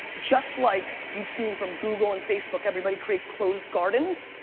just like you've seen from google and facebook, everybody create closed gardens.